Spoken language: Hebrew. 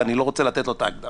ואני לא רוצה לתת לו את ההגדרה.